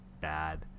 bad